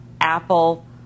Apple